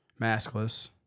maskless